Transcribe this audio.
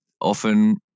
often